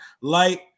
light